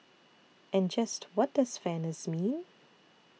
and just what does fairness mean